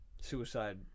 Suicide